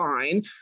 fine